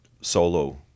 solo